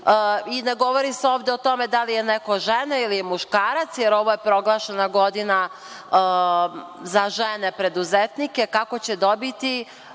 Ne govori se ovde o tome da li je neko žena ili muškarac, jer ovo je proglašena godina za žene preduzetnike kako će dobiti